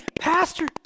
pastor